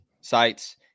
sites